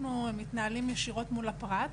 אנחנו מתנהלים ישירות מול הפרט,